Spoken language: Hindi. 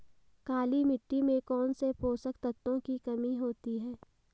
काली मिट्टी में कौनसे पोषक तत्वों की कमी होती है?